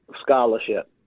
scholarship